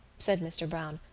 said mr. browne.